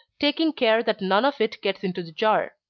taking care that none of it gets into the jar.